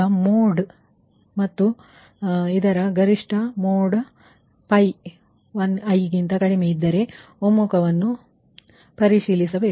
ಈಗ ಮೋಡ್∆Pi∈ ಮತ್ತು ಇದರ ಗರಿಷ್ಠವು i ಗಿಂತ ಕಡಿಮೆ ಇದ್ದರೆ ಒಮ್ಮುಖವನ್ನು ಪರಿಶೀಲಿಸಿ